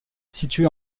situé